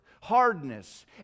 hardness